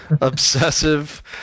Obsessive